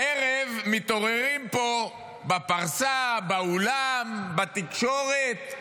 הערב מתעוררים פה בפרסה, באולם, בתקשורת,